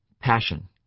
passion